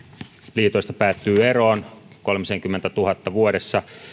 liitoista päättyy eroon kolmisenkymmentätuhatta vuodessa